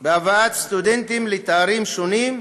בהבאת סטודנטים לתארים שונים,